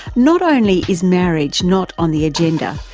not only is marriage not on the agenda,